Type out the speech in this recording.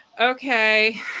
Okay